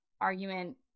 argument